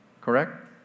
Correct